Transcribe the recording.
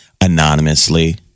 anonymously